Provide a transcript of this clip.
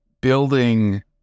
building